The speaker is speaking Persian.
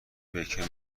بیکن